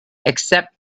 except